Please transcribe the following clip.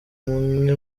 umwe